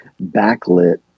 backlit